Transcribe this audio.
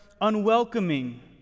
unwelcoming